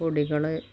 പൊടികൾ